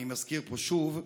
אני מזכיר פה שוב,